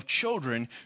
children